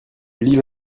livre